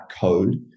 code